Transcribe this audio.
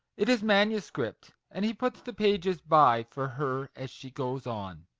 it is manuscript, and he puts the pages by for her as she goes on.